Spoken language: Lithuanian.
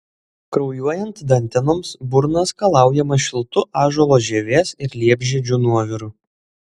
kraujuojant dantenoms burna skalaujama šiltu ąžuolo žievės ir liepžiedžių nuoviru